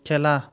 খেলা